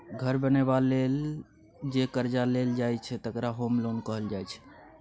घर बनेबा लेल जे करजा लेल जाइ छै तकरा होम लोन कहल जाइ छै